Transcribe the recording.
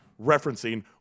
referencing